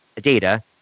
data